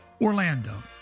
Orlando